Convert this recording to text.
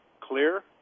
clear